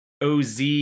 OZ